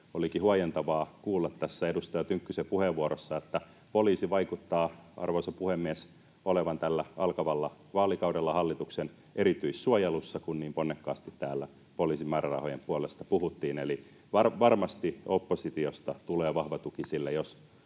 Olikin huojentavaa kuulla tässä edustaja Tynkkysen puheenvuorossa, että poliisi vaikuttaa, arvoisa puhemies, olevan tällä alkavalla vaalikaudella hallituksen erityissuojelussa, kun niin ponnekkaasti täällä poliisin määrärahojen puolesta puhuttiin. Eli varmasti oppositiosta tulee vahva tuki sille,